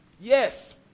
Yes